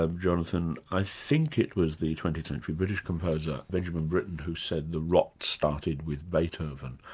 ah jonathan, i think it was the twentieth century british composer, benjamin britten who said the rot started with beethoven,